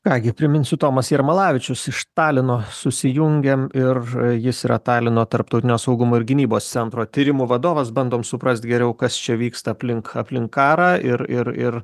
ką gi priminsiu tomas jarmalavičius iš talino susijungiam ir jis yra talino tarptautinio saugumo ir gynybos centro tyrimų vadovas bandom suprast geriau kas čia vyksta aplink aplink karą ir ir ir